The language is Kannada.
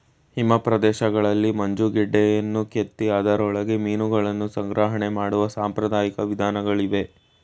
ಹಿಮ ಪ್ರದೇಶಗಳಲ್ಲಿ ಮಂಜುಗಡ್ಡೆಯನ್ನು ಕೆತ್ತಿ ಅದರೊಳಗೆ ಮೀನುಗಳನ್ನು ಸಂಗ್ರಹಣೆ ಮಾಡುವ ಸಾಂಪ್ರದಾಯಿಕ ವಿಧಾನಗಳಿವೆ